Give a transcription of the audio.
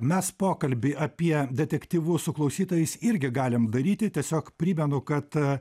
mes pokalbį apie detektyvus su klausytojais irgi galim daryti tiesiog primenu kad